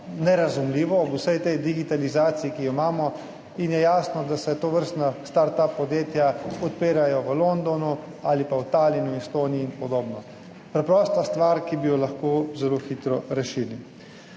nerazumljivo ob vsej tej digitalizaciji, ki jo imamo in je jasno, da se tovrstna start up podjetja odpirajo v Londonu ali pa v Talinu, Estoniji in podobno. Preprosta stvar, ki bi jo lahko zelo hitro rešili.